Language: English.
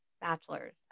bachelor's